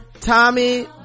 Tommy